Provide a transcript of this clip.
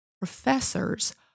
professors